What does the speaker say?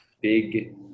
big